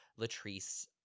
Latrice